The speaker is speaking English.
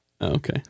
Okay